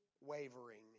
wavering